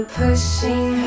pushing